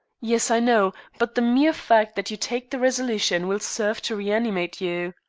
yes, i know, but the mere fact that you take the resolution will serve to reanimate you.